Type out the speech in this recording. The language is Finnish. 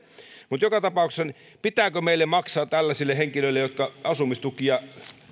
mutta joka tapauksessa pitääkö meillä maksaa tällaisille henkilöille asumistukia